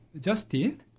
Justin